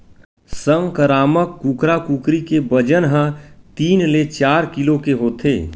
संकरामक कुकरा कुकरी के बजन ह तीन ले चार किलो के होथे